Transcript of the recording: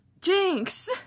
Jinx